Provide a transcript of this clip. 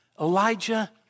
Elijah